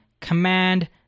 command